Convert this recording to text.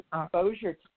exposure